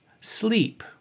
sleep